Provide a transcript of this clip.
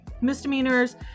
misdemeanors